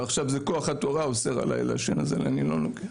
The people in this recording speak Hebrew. כוח התורה אוסר עליי לעשן, אז אני לא נוגע.